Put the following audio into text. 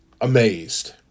amazed